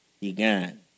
began